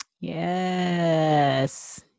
Yes